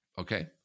Okay